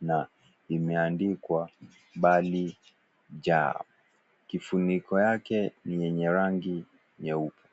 na imeandikwa mbili cha. Kifuniko chenye rangi nyeupe.